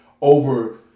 over